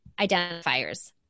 identifiers